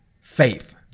faith